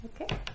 Okay